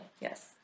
Yes